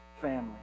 family